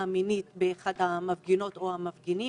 מינית באחת המפגינות או באחד המפגינים.